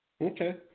Okay